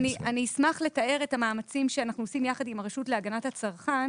אני אשמח לתאר את המאמצים שאנחנו עושים יחד עם הרשות להגנת הצרכן,